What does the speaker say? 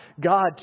God